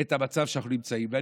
את המצב שאנחנו נמצאים בו.